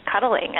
cuddling